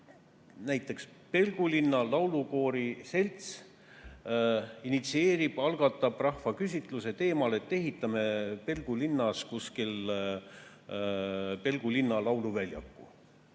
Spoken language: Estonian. Näiteks mingi Pelgulinna laulukooriselts initsieerib, algatab rahvaküsitluse teemal, et ehitame kuskile Pelgulinna lauluväljaku.